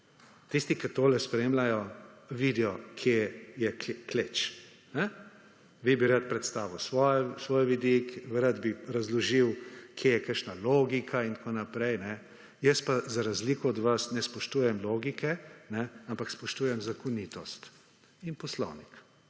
Tisti, ki tole spremljajo, vidijo, kje je kle kleč. Vi bi radi predstavili svoj vidik, radi bi razložili, kje je kakšna logika in tako naprej. Jaz pa, za razliko od vas, ne spoštujem logike, ampak spoštujem zakonitost in Poslovnik.